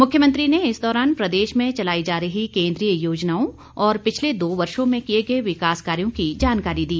मुख्यमंत्री ने इस दौरान प्रदेश में चलाई जा रही केंद्रीय योजनाओं और पिछले दो वर्षों में किये गए विकास कार्यों की जानकारी दी